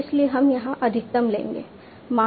इसलिए हम यहां अधिकतम लेंगे